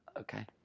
Okay